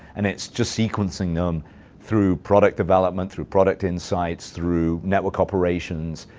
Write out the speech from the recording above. and it's just sequencing them through product development, through product insights, through network operations